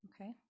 Okay